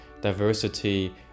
diversity